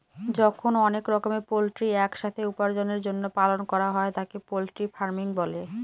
যখন অনেক রকমের পোল্ট্রি এক সাথে উপার্জনের জন্য পালন করা হয় তাকে পোল্ট্রি ফার্মিং বলে